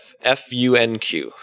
F-U-N-Q